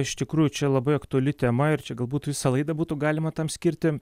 iš tikrųjų čia labai aktuali tema ir čia galbūt visą laidą būtų galima tam skirti